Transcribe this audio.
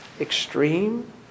extreme